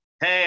Hey